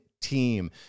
team